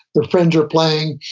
their friends are playing,